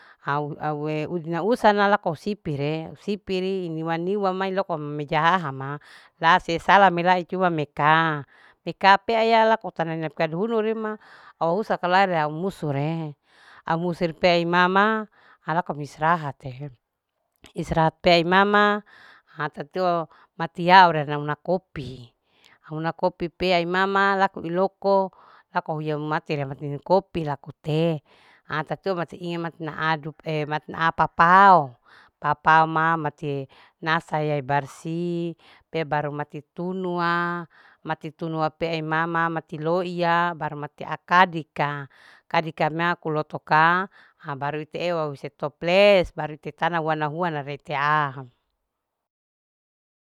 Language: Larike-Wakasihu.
Au aue uzna usana lako sipire sipirii niwa, niwa mai loko mejahaha ma lasesala melai hiwa mekaa. mekaa pea lako tana ina pika duhunuri halalae ria musuri. musuri pea mama laku au istirahate. istirahat pe amama ateteu mati au una kopi. una kopi pia mama laku au hiya mati ria ninu kopi laku te tatua matirnaa papao ma. papao ma matirna saya barsi pea baru mati tunuwa. mati tunuapea mati loi ya akadika. akadika ma kulotokua ha baru ite eua ama toples baru ite tanaya huana. huana retea.